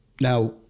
Now